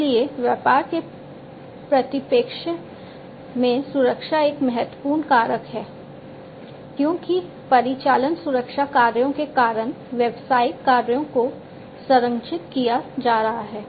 इसलिए व्यापार के परिप्रेक्ष्य में सुरक्षा एक महत्वपूर्ण कारक है क्योंकि परिचालन सुरक्षा कार्यों के कारण व्यावसायिक कार्यों को संरक्षित किया जा रहा है